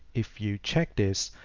if you check this,